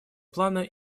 плана